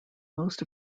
most